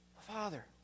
Father